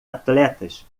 atletas